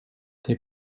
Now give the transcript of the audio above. they